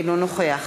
אינו נוכח